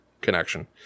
connection